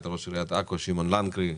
את ראש עיריית עכו שמעון לנקרי,